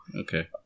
okay